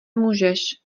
můžeš